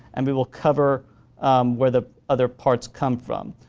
and we will cover where the other parts come from.